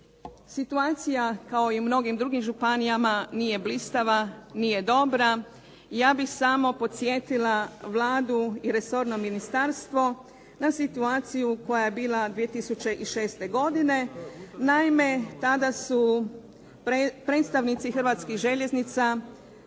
Situacija kao i u mnogim drugim županijama nije blistava, nije dobra. Ja bih samo podsjetila Vladu i resorno ministarstvo na situaciju koja je bila 2006. godine. Naime, tada su predstavnici Hrvatskih željeznica